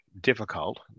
difficult